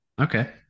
Okay